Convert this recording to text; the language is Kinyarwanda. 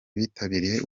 bitabiriye